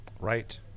Right